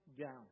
down